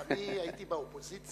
אני הייתי באופוזיציה